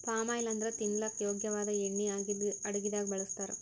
palm oil ಅಂದ್ರ ತಿನಲಕ್ಕ್ ಯೋಗ್ಯ ವಾದ್ ಎಣ್ಣಿ ಆಗಿದ್ದ್ ಅಡಗಿದಾಗ್ ಬಳಸ್ತಾರ್